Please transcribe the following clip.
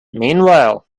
meanwhile